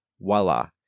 voila